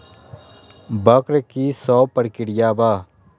वक्र कि शव प्रकिया वा?